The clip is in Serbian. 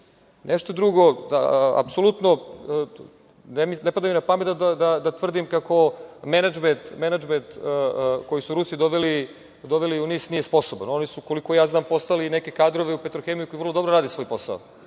„Petrohemije“. Ne pada mi napamet da tvrdim kako menadžment koji su Rusi doveli u NIS nije sposoban, oni su koliko znam postavili neke kadrove u „Petrohemiju“ koji vrlo dobro rade svoj posao.